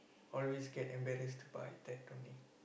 always get embarrassed by that only